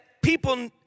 people